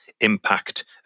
impact